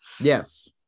Yes